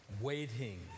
waiting